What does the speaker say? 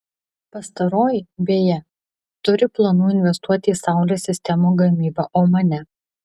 pastaroji beje turi planų investuoti į saulės sistemų gamybą omane